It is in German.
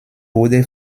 wurde